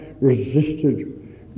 resisted